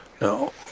No